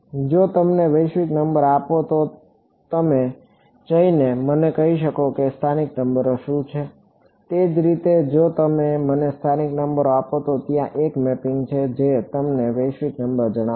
જો તમે મને વૈશ્વિક નંબર આપો તો તમે જઈને મને કહી શકશો કે સ્થાનિક નંબરો શું છે તે જ રીતે જો તમે મને સ્થાનિક નંબરો આપો તો ત્યાં એક મેપિંગ છે જે તમને વૈશ્વિક નંબર જણાવશે